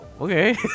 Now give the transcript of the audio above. okay